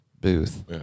booth